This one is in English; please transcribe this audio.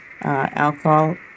alcohol